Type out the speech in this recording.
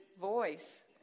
voice